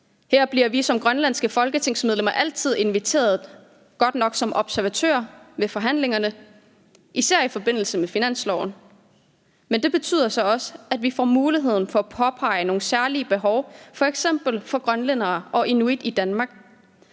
Her bliver vi som grønlandske folketingsmedlemmer altid inviteret – godt nok som observatører ved forhandlingerne, især i forbindelse med finansloven, men det betyder så også, at vi får muligheden for at påpege nogle særlige behov, f.eks. for grønlændere og inuit i Danmark.